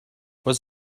was